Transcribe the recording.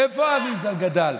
איפה האריז"ל גדל?